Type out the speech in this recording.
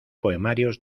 poemarios